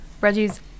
Reggie's